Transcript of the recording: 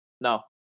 no